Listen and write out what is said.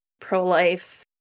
pro-life